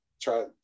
try